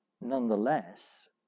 nonetheless